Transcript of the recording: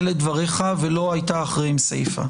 אלה דבריך ולא הייתה אחריהם סיפה.